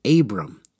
Abram